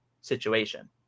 situation